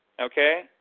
Okay